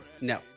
No